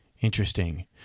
Interesting